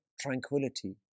tranquility